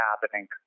happening